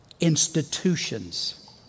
institutions